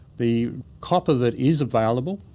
the copper that is available,